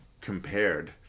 compared